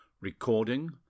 Recording